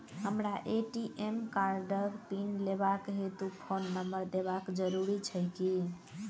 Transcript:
हमरा ए.टी.एम कार्डक पिन लेबाक हेतु फोन नम्बर देबाक जरूरी छै की?